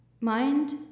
Mind